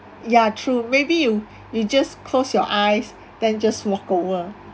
ya true maybe you you just close your eyes then just walk over